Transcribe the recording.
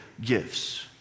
gifts